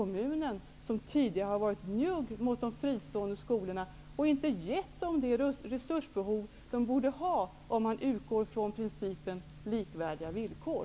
Man har tidigare varit njugg mot de fristående skolorna och inte gett dem de resurser som de borde ha om man utgår från principen om likvärdiga villkor.